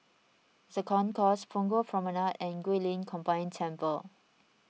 the Concourse Punggol Promenade and Guilin Combined Temple